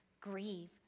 Grieve